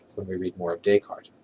when we read more of descartes.